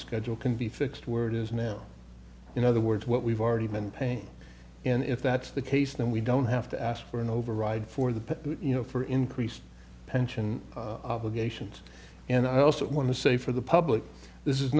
schedule can be fixed where it is now in other words what we've already been paying in if that's the case then we don't have to ask for an override for the you know for increased pension obligations and i also want to say for the public this is